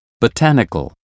botanical